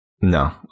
no